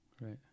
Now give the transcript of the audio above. Right